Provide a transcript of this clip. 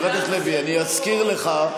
אני אזכיר לך,